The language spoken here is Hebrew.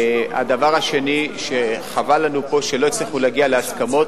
הדבר השני הוא שחבל לנו פה שלא הצליחו להגיע להסכמות,